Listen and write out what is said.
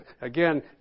again